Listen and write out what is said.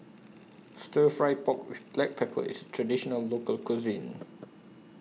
Stir Fry Pork with Black Pepper IS A Traditional Local Cuisine